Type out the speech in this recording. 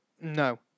no